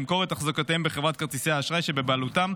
למכור את אחזקותיהם בחברות כרטיסי האשראי שבבעלותם,